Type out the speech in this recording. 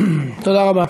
תודה רבה.